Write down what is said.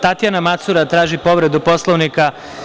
Tatjana Macura traži povredu Poslovnika.